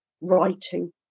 writing